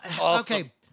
okay